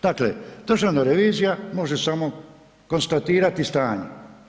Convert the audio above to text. Dakle, Državna revizija, može samo konstatirati stanje.